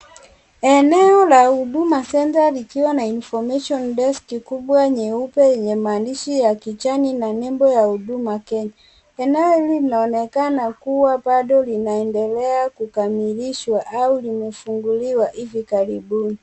Eneo la Huduma Center likiwa na information desk kubwa nyeupe yenye maandishi ya kijani na nembo ya Huduma Kenya, eneo hili linaonekana kuwa bado linaendelea kukamilishwa au limefunguliwa hivi karibuni.